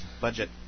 Budget